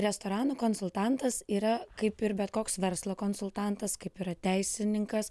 restoranų konsultantas yra kaip ir bet koks verslo konsultantas kaip yra teisininkas